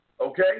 okay